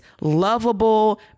lovable